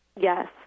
yes